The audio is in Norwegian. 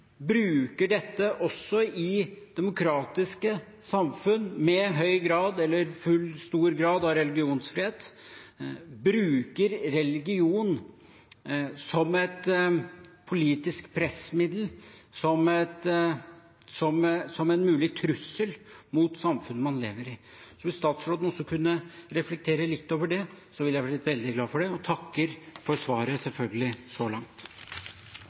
bruker dette også i demokratiske samfunn med høy eller full, stor grad av religionsfrihet – bruker religion som et politisk pressmiddel, som en mulig trussel mot samfunnet man lever i. Så hvis statsråden også kunne reflektere litt over det, ville jeg bli veldig glad for det. Jeg takker selvfølgelig for svaret så langt.